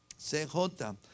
CJ